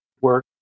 work